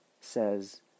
says